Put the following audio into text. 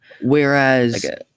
Whereas